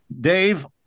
Dave